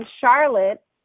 Charlotte